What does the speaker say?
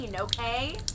okay